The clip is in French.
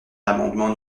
l’amendement